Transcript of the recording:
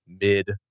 mid